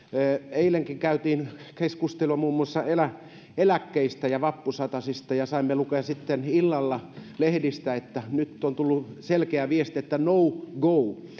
eilenkin käytiin keskustelua muun muassa eläkkeistä ja vappusatasista ja saimme lukea sitten illalla lehdistä että nyt on tullut selkeä viesti että no go